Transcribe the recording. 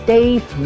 Dave